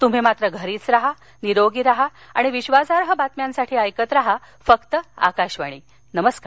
तुम्ही मात्र घरीच राहा निरोगी राहा आणि विश्वासार्ह बातम्यांसाठी ऐकत राहा फक्त आकाशवाणी नमस्कार